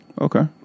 Okay